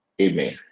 Amen